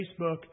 Facebook